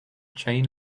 chain